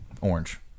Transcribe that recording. orange